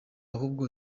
ahubwo